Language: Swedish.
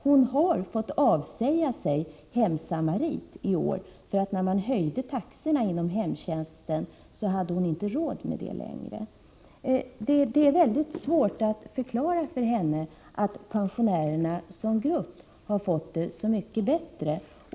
Hon har fått avsäga sig hemsamarit — när taxorna inom hemtjänsten höjdes hade hon inte råd med det längre. Det är svårt att förklara för denna kvinna att pensionärerna som grupp har fått det så mycket bättre.